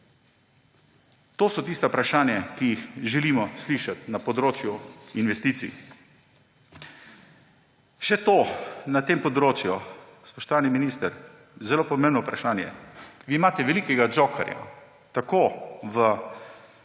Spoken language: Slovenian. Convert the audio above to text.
To so tista vprašanja, ki jih želimo slišati na področju investicij. Še to na tem področju, spoštovani minister, zelo pomembno vprašanje. Vi imate velikega jokerja v